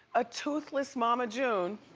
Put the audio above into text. a toothless mama june